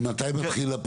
ממתי זה מתחיל?